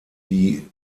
die